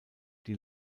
die